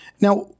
Now